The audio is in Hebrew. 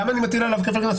למה אני מטיל עליו כפל קנס?